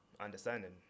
understanding